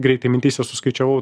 greitai mintyse suskaičiavau